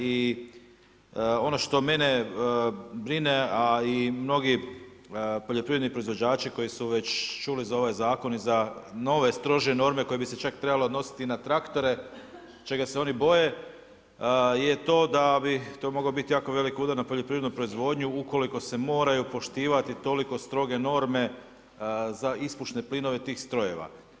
I ono što mene brine, a i mnogi poljoprivredni proizvođači koji su već čuli za ovaj zakon i za nove strože norme koje bi se čak trebale odnositi i na traktore čega se oni boje da bi to mogao biti jako veliki udar na poljoprivrednu proizvodnju ukoliko se moraju poštivati toliko stroge norme za ispušne plinove tih strojeva.